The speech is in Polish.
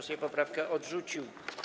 Sejm poprawkę odrzucił.